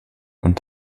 und